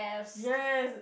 yes